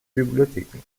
bibliotheken